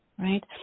right